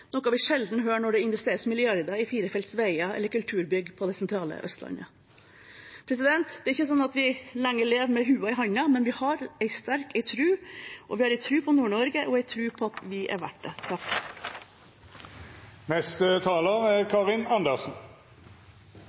noe vi sjelden hører når det investeres milliarder i firefeltsveier eller kulturbygg på det sentrale Østlandet. Det er ikke lenger sånn at vi lever med «hua» i handa, men vi har ei sterk tru – vi har ei tru på Nord-Norge og ei tru på at vi er verdt det. Sentralisering er